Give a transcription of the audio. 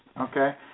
okay